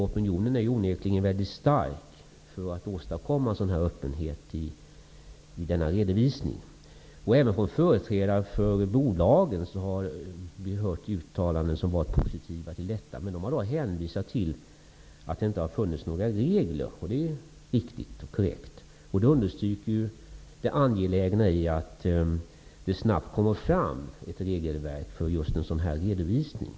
Opinionen är onekligen väldigt stark för att man skall åstadkomma öppenhet i redovisningen. Även från företrädare för bolagen har man hört uttalanden som varit positiva till detta. Men de har hänvisat till att det inte finns några regler, vilket är ett korrekt påstående. Det understryker det angelägna i att man snabbt skapar ett regelverk just för sådan här redovisning.